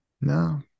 no